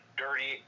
dirty